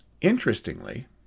Interestingly